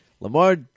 Lamar